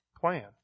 plan